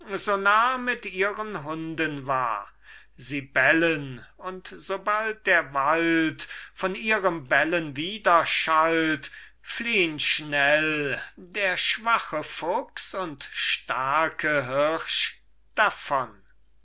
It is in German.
mit ihren hunden war sie bellen und sobald der wald von ihrem bellen widerschallt fliehn schnell der schwache fuchs und starke hirsch davon